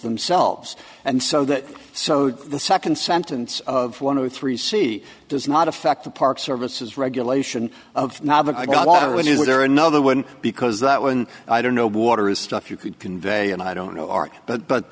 themselves and so that so the second sentence of one of the three c does not affect the park services regulation of not a lot of it is there another would because that when i don't know water is stuff you could convey and i don't know art but